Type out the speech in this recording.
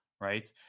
right